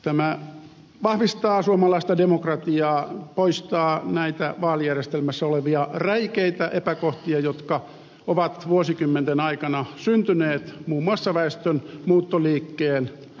tämä vahvistaa suomalaista demokratiaa poistaa vaalijärjestelmässä olevia räikeitä epäkohtia jotka ovat vuosikymmenten aikana syntyneet muun muassa väestön muuttoliikkeen johdosta